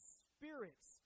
spirits